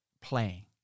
playing